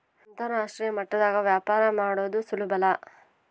ಅಂತರಾಷ್ಟ್ರೀಯ ಮಟ್ಟದಾಗ ವ್ಯಾಪಾರ ಮಾಡದು ಸುಲುಬಲ್ಲ